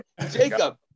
Jacob